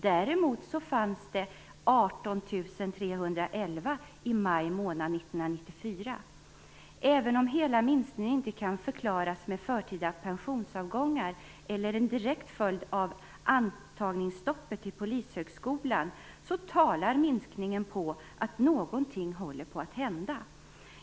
Däremot fanns det 18 311 poliser i maj 1994. Även om inte hela minskningen kan förklaras med förtida pensionsavgångar eller med att den är en direkt följd av antagningsstoppet på Polishögskolan, tyder minskningen på att något håller på att hända.